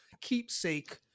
keepsake